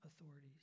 authorities